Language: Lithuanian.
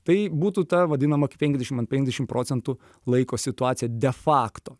tai būtų ta vadinama kai penkiasdešimt ant penkiasdešimt procentų laiko situacija defakto